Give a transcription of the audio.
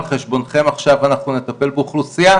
על חשבונכם אנחנו עכשיו נטפל באוכלוסייה,